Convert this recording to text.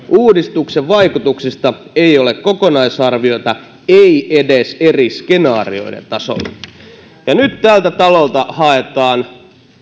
uudistuksen vaikutuksista ei ole kokonaisarviota ei edes eri skenaarioiden tasolla nyt tältä talolta haetaan